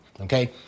Okay